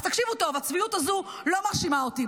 אז תקשיבו טוב, הצביעות הזו לא מרשימה אותי.